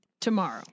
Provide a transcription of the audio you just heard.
tomorrow